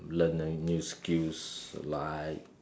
learn a new skills you like